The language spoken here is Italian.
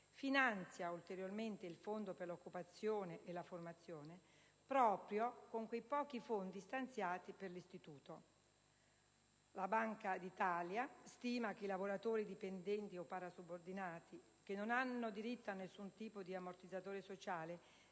finanzia ulteriormente il Fondo per l'occupazione e la formazione proprio con quei pochi fondi stanziati per l'istituto. La Banca d'Italia stima che i lavoratori dipendenti o parasubordinati che non hanno diritto ad alcun tipo di ammortizzatore sociale